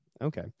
okay